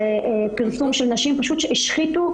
השחיתו,